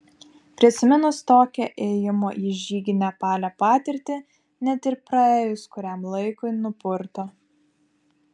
prisiminus tokią ėjimo į žygį nepale patirtį net ir praėjus kuriam laikui nupurto